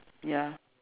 ya